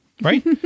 Right